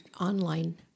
online